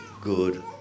good